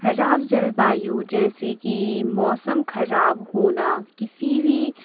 खराब जलवायु जैसे कि मौसम खराब होना किसी भी